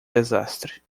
desastre